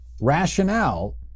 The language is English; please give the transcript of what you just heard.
rationale